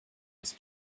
his